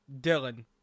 Dylan